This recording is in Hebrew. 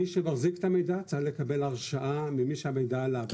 מי שמחזיק את המידע צריך לקבל הרשאה ממי שהמידע עליו.